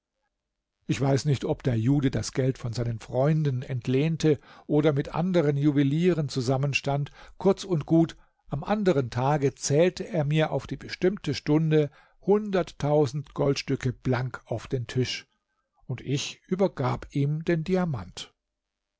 ich weiß nicht ob der jude das geld von seinen freunden entlehnte oder mit anderen juwelieren zusammenstand kurz und gut am anderen tage zählte er mir auf die bestimmte stunde hunderttausend goldstücke blank auf den tisch und ich übergab ihm den diamant